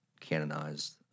canonized